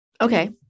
Okay